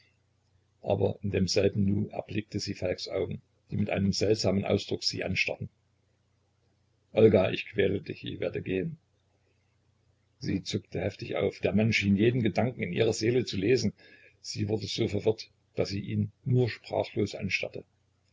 aber in demselben nu erblickte sie falks augen die mit einem seltsamen ausdruck sie anstarrten olga ich quäle dich ich werde gehen sie zuckte heftig auf der mann schien jeden gedanken in ihrer seele zu lesen sie wurde so verwirrt daß sie ihn nur sprachlos anstarrte